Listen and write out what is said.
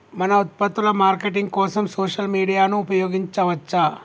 మన ఉత్పత్తుల మార్కెటింగ్ కోసం సోషల్ మీడియాను ఉపయోగించవచ్చా?